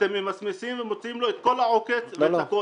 אתם ממסמסים ומוציאים לו את העוקץ והכול.